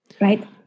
Right